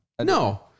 No